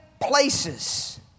places